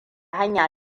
hanya